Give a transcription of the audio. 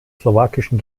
slowakischen